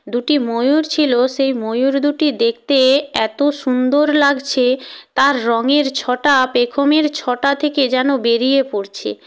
দুটি ময়ূর ছিল সেই ময়ূর দুটি দেখতে এতো সুন্দর লাগছে তার রঙের ছটা পেখমের ছটা থেকে যেন বেরিয়ে পড়ছে